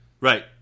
Right